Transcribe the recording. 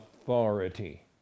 authority